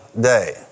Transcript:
day